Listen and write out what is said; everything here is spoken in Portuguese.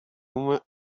uma